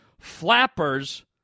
Flappers